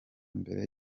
mbere